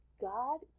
God